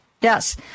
Yes